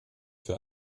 für